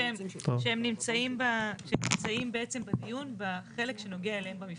שהם נמצאים בעצם בדיון בחלק שנוגע אליהם במפרט.